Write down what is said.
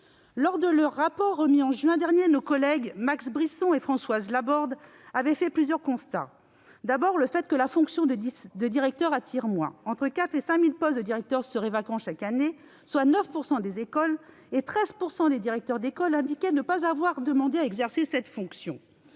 Dans leur rapport remis en juin dernier, nos collègues Max Brisson et Françoise Laborde avaient fait plusieurs constats. Tout d'abord, ils avaient rappelé que la fonction de directeur attire moins. Entre 4 000 et 5 000 postes de directeurs seraient vacants chaque année, soit 9 % des écoles, et 13 % des directeurs d'école indiquaient ne pas avoir demandé à exercer cette fonction,